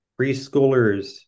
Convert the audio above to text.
preschoolers